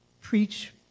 preach